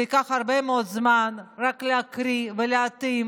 ייקח הרבה מאוד זמן רק להקריא ולהתאים,